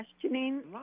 questioning